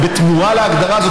ובתמורה להגדרה הזאת,